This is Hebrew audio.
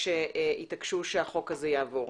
שהתעקשו שהחוק הזה יעבור.